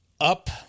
up